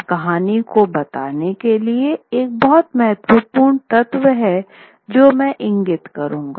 अब कहानी को बताने के लिए एक बहुत महत्वपूर्ण तत्व है जो मैं इंगित करूँगा